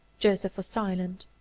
joseph was silent.